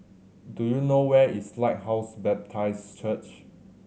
do you know where is Lighthouse Baptist Church